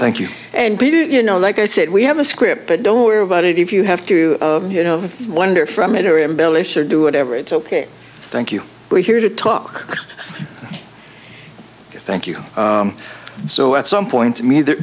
thank you and we didn't you know like i said we have a script but don't worry about it if you have to you know wonder from it or embellish or do whatever it's ok thank you we're here to talk thank you so at some point to me the